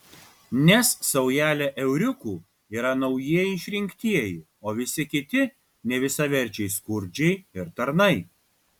nes saujelė euriukų yra naujieji išrinktieji o visi kiti nevisaverčiai skurdžiai ir tarnai